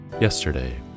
Yesterday